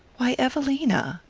why, evelina!